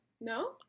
No